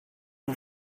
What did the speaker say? you